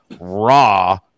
raw